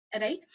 Right